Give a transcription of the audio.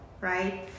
right